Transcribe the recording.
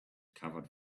covered